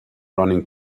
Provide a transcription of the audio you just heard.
running